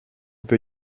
peu